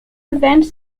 event